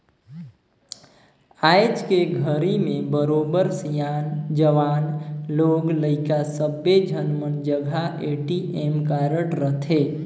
आयज के घरी में बरोबर सियान, जवान, लोग लइका सब्बे झन मन जघा ए.टी.एम कारड रथे